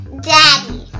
daddy